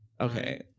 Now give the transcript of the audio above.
okay